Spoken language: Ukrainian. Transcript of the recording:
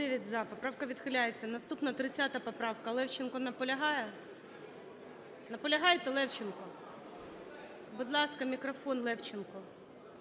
Поправка відхиляється. Наступна - 30 поправка. Левченко наполягає? Наполягаєте, Левченко? Будь ласка, мікрофон Левченку.